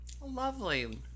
lovely